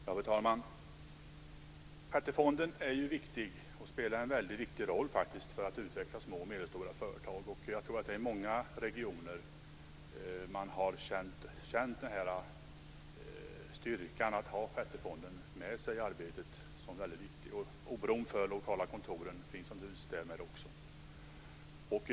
Fru talman! Sjätte fonden är viktig, och den spelar en viktig roll för att utveckla små och medelstora företag. Jag tror att man i många regioner har känt styrkan av att ha sjätte fonden med sig i arbetet. Det har varit väldigt viktigt. Oron för de lokala kontoren finns därmed naturligtvis också.